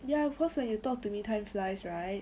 ya cause when you talk to me time flies right